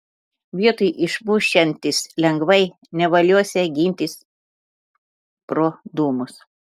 vietoj išmušiantis lengvai nevaliosią gintis pro dūmus